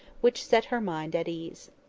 which set her mind at ease.